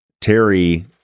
Terry